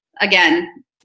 again